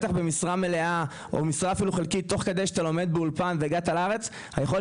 במשרה מלאה או במשרה חלקית תוך כדי שאתה לומד באולפן והגעת לארץ היכולת